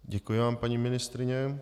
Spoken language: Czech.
Děkuji vám, paní ministryně.